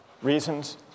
Reasons